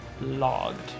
Logged